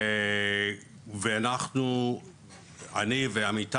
ואני ועמיתי